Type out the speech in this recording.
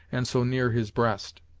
and so near his breast.